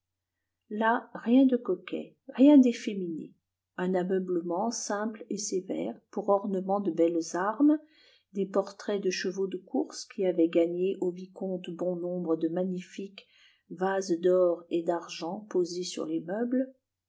là rien de coquet rien d'efféminé un ameublement simple et sévère pour ornements de belles armes des portraits de chevaux de course qui avaient gagné au vicomte bon nombre de magnifiques vases d'or et d'argent posés sur les meubles